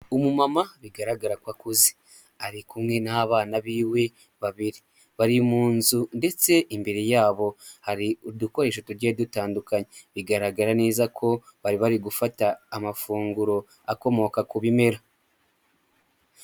Umumama bigaragara ko akuze. Ari kumwe n'abana biwe babiri. Bari mu nzu ndetse imbere yabo hari udukoresho tugiye dutandukanye. Bigaragara neza ko bari bari gufata amafunguro akomoka ku bimera.